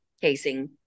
casing